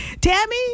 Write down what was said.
tammy